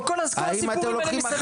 כל הסיפורים האלה לא מעניינים אותי.